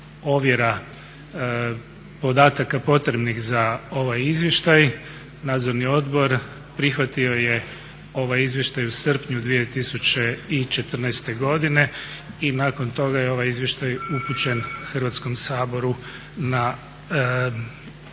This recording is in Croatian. ovjera podataka potrebnih za ovaj izvještaj nadzorni odbor prihvatio je ovaj izvještaj u srpnju 2014. godine i nakon toga je ovaj izvještaj upućen Hrvatskom saboru na razmatranje.